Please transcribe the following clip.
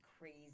crazy